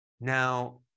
Now